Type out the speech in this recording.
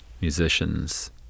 musicians